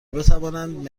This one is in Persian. بتوانند